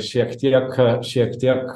šiek tiek šiek tiek